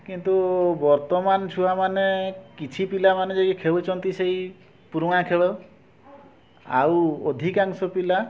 କିନ୍ତୁ ବର୍ତ୍ତମାନ ଛୁଆମାନେ କିଛି ପିଲାମାନେ ଯିଏକି ଖେଳୁଛନ୍ତି ସେଇ ପୁରୁଣା ଖେଳ ଆଉ ଅଧିକାଂଶ ପିଲା